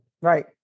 Right